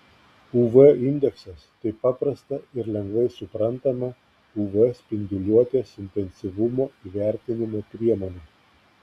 uv indeksas tai paprasta ir lengvai suprantama uv spinduliuotės intensyvumo įvertinimo priemonė